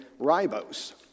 ribose